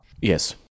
Yes